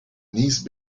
niece